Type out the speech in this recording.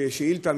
ששאילתה,